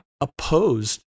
opposed